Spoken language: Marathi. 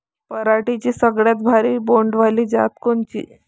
पराटीची सगळ्यात भारी बोंड वाली जात कोनची?